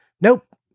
nope